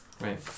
Right